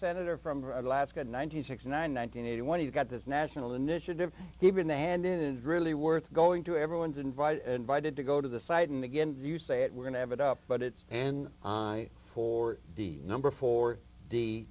senator from alaska ninety six nine hundred eighty one you've got this national initiative given the hand it is really worth going to everyone's invited invited to go to the site and again you say it we're going to have it up but it's an eye for the number for